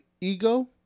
Ego